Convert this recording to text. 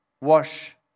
wash